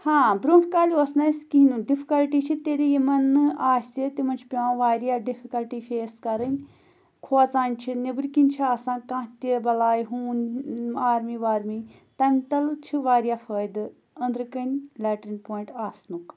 ہاں برٛونٛٹھ کالہِ اوس نہٕ اَسہِ کِہیٖنۍ ڈِفکَلٹی چھِ تیٚلہِ یِمَن نہٕ آسہِ تِمَن چھُ پٮ۪وان واریاہ ڈِفکَلٹی فیس کَرٕنۍ کھوژان چھِ نیٚبٕرۍ کِنۍ چھِ آسان کانٛہہ تہِ بَلاے ہوٗن آرمی وارمی تَمہِ تَل چھِ واریاہ فٲیدٕ أنٛدرٕ کَنۍ لیٹریٖن پایِنٛٹ آسنُک